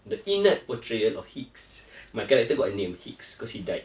the inert potrayal of higgs my character got a name higgs because he died